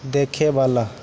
देखयवला